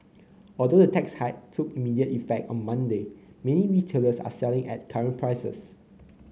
although the tax hike took immediate effect on Monday many retailers are selling at current prices